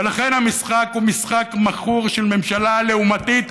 ולכן המשחק הוא משחק מכור של ממשלה לעומתית,